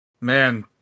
Man